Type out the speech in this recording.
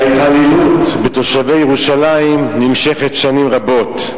ההתעללות בתושבי ירושלים נמשכת שנים רבות.